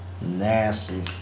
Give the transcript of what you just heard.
Nasty